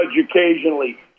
occasionally